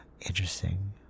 interesting